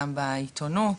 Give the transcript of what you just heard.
גם בעיתונות,